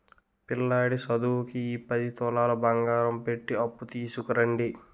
పిల్లాడి సదువుకి ఈ పది తులాలు బంగారం పెట్టి అప్పు తీసుకురండి